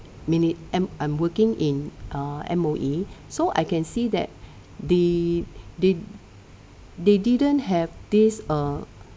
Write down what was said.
minit~ and I'm working in uh M_O_E so I can see that the they they didn't have these uh